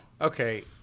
okay